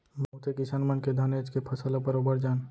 बहुते किसान मन के धानेच के फसल ल बरोबर जान